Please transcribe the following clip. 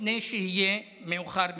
לפני שיהיה מאוחר מדי".